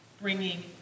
bringing